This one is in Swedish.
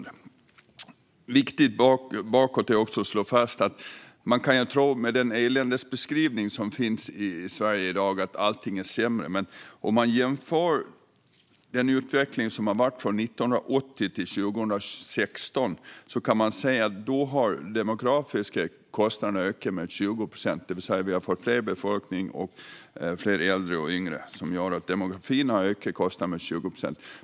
Det är viktigt att slå fast något. Med den eländesbeskrivning som finns i Sverige i dag kan man tro att allt är sämre, men om man jämför utvecklingen från 1980 till 2016 kan man se att de demografiska kostnaderna har ökat med 20 procent. Vi har alltså fått en större befolkning med fler äldre och fler yngre, vilket har gjort att de demografiska kostnaderna har ökat med 20 procent.